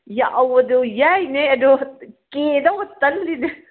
ꯌꯥꯎꯕꯗꯨ ꯌꯥꯏꯅꯦ ꯑꯗꯣ ꯀꯦꯗꯧꯕ ꯇꯜꯂꯤꯅꯦ